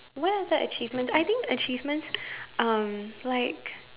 where is that achievement I think achievements um like